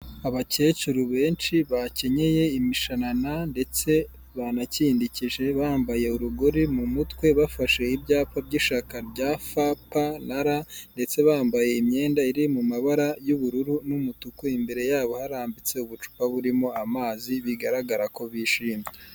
Abakecuru benshi bakenyeye imishanana ndetse banakindikije bambaye urugori mu mutwe bafashe ibyapa by'ishyaka ryafaparara ndetse bambaye imyenda iri mu mabara y'ubururu n'umutuku imbere yabo harambitse ubucupa burimo amazi bigaragara ko bishimye.